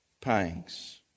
pangs